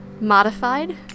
modified